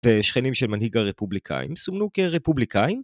ושכנים של מנהיג הרפובליקאים סומנו כרפובליקאים